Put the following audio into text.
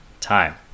time